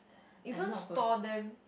you don't store them